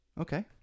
Okay